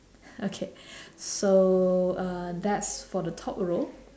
okay so uh that's for the top row